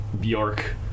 Bjork